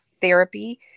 therapy